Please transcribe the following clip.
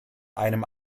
einem